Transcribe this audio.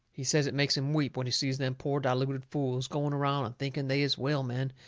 he says it makes him weep when he sees them poor diluted fools going around and thinking they is well men,